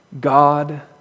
God